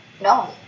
No